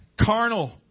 Carnal